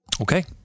Okay